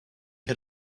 had